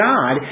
God